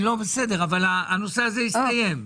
בסדר, אבל הנושא הזה הסתיים.